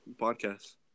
Podcast